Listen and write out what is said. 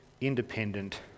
independent